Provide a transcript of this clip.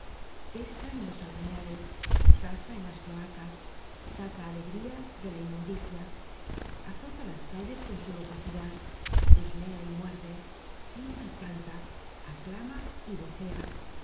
pesca en los albañales caza en las cloacas saca alegría de la inmundicia azota las calles con su locuacidad husmea y muerde silba y canta aclama y vocea